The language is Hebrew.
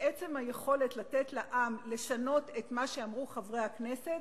ובעצם היכולת לתת לעם לשנות את מה שאמרו חברי הכנסת